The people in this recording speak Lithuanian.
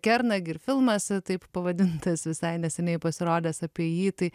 kernagį ir filmas taip pavadintas visai neseniai pasirodęs apie jį tai